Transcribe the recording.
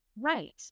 right